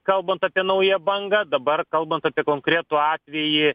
kalbant apie naują bangą dabar kalbant apie konkretų atvejį